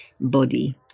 body